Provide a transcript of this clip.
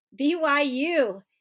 BYU